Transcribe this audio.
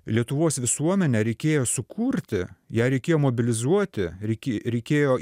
lietuvos visuomenę reikėjo sukurti ją reikėjo mobilizuoti reikė reikėjo